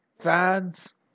fans